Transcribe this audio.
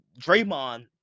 Draymond